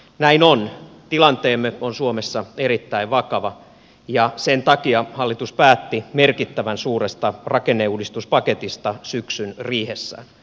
näin on tilanteemme on suomessa erittäin vakava ja sen takia hallitus päätti merkittävän suuresta rakenneuudistuspaketista syksyn riihessä